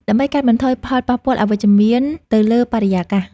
ដើម្បីកាត់បន្ថយផលប៉ះពាល់អវិជ្ជមានទៅលើបរិយាកាស។